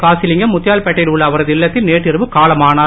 காசிலிங்கம் முத்தியால்பேட்டையில் உள்ள அவரது இல்லத்தில் நேற்றிரவு காலமானார்